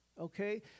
okay